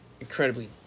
incredibly